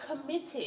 committed